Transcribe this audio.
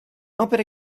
opere